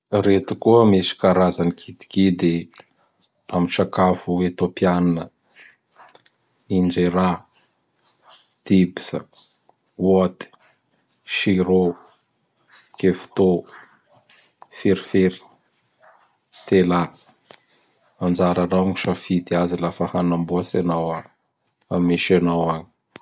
Reto koa misy karazany kidikidy am sakafo Etopianina: Injira, Typsa, Hot, Sirô, Keftô, Ferifery, Telà. Anjaranao ny misafidy azy lafa hanambôtsy anao am misy anao agny.